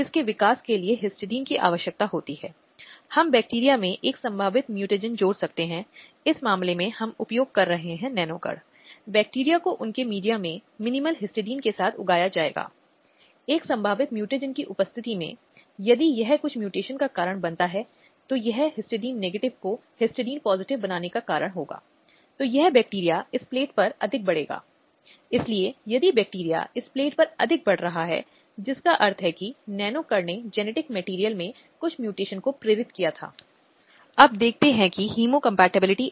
इसलिए यदि हम भारत में भी स्वयं सहायता समूहों के संबंध में महिला सहायता समूहों के संबंध में देखें अन्य आर्थिक विकास एनजीओ के संबंध में महिलाओं को जुटाने के लिए कई उपाय किए गए हैं इन महिलाओं को आर्थिक स्वतंत्रता शिक्षा के साथ स्वास्थ्य सुविधाओं आदि के साथ सशक्त बनाने के लिए उनके निपटान में आवश्यक संसाधन बनाने के लिए कई उपाय किए गए हैं